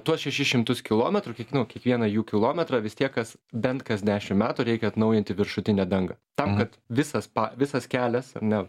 tuos šešis šimtus kilometrų kiek nu kiekvieną jų kilometrą vis tiek kas bent kas dešim metų reikia atnaujinti viršutinę dangą tam kad visas visas kelias ar ne